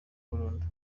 burundu